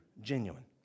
genuine